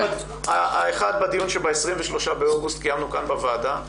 האחד בדיון שב-23 באוגוסט, קיימנו כאן בוועדה.